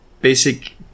basic